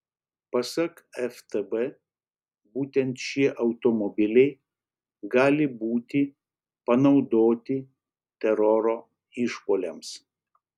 pasak ftb būtent šie automobiliai gali būti panaudoti teroro išpuoliams